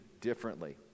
differently